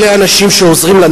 אלה האנשים שעוזרים לנו.